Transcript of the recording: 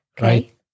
Right